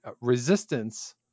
resistance